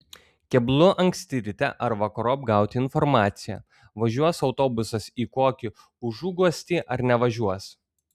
keblu anksti ryte ar vakarop gauti informaciją važiuos autobusas į kokį užuguostį ar nevažiuos